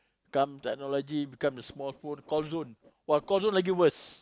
come technology become the small phone call zone !wah! call zone Lagi worse